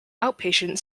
outpatient